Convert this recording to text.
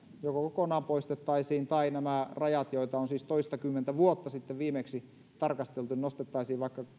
joko poistettaisiin kokonaan nämä rajat joita on siis toistakymmentä vuotta sitten viimeksi tarkasteltu tai nostettaisiin vaikka